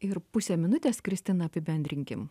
ir pusę minutės kristina apibendrinkim